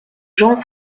jean